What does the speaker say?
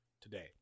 today